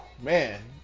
man